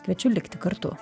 kviečiu likti kartu